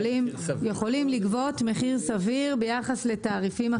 יכולים לגבות מחיר סביר ביחד לתעריפים.